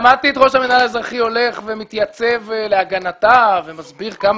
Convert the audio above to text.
שמעתי את ראש המינהל האזרחי הולך ומתייצב להגנתה ומסביר כמה